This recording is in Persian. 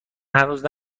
هنوز